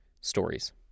stories